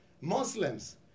Muslims